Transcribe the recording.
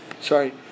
Sorry